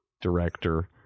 director